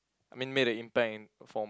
I mean made a impact in a form